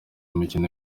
imikino